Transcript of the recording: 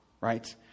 right